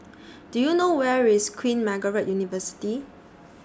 Do YOU know Where IS Queen Margaret University